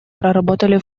проработали